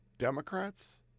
Democrats